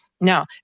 Now